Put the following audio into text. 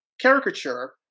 caricature